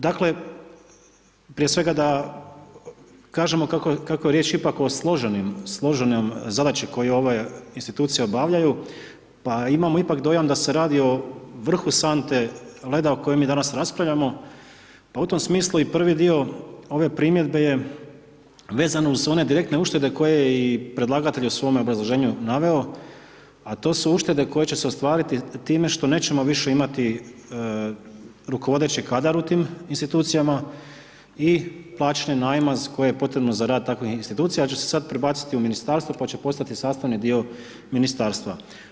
Dakle, prije svega da kažemo kako jer riječ ipak o složenoj zadaći koju ove institucije obavljaju, pa imamo ipak dojam da se radi o vrhu sante reda o kojoj mi danas raspravljamo, pa u tome smislu i prvi dio ove primjedbe je vezano uz one direktne uštede koje je i predlagatelj u svome obrazloženju naveo, a to su uštede koje će se ostvariti time što nećemo imati više rukovodeći kadar u tim institucijama i plaćanje najma koje je potrebno za rad takvih institucija, ja ću se sada prebaciti u Ministarstvo, pa će postati sastavni dio Ministarstva.